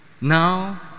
Now